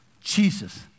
Jesus